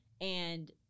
And-